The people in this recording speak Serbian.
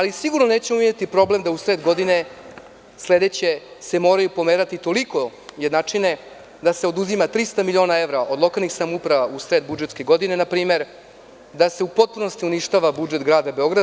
Sigurno nećemo imati problem da u sred godine sledeće se moraju pomerati toliko jednačine da se oduzima 300 miliona evra od lokalnih samouprava, u sred budžetske godine npr. da se u potpunosti uništava budžet grada Beograda.